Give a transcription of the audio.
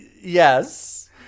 Yes